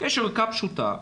יש ערכה פשוטה,